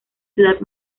ciudad